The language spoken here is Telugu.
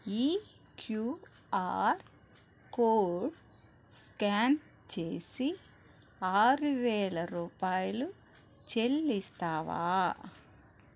ఈ క్యూఆర్ కోడ్ స్కాన్ చేసి ఆరువేల రూపాయలు చెల్లిస్తావా